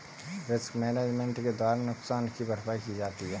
risk management के द्वारा नुकसान की भरपाई की जाती है